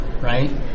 right